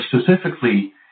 specifically